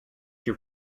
your